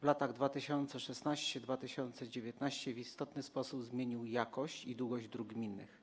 w latach 2016-2019” w istotny sposób zmienił jakość i długość dróg gminnych.